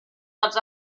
dels